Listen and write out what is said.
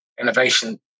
innovation